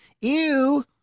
Ew